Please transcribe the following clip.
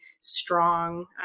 strong